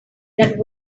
that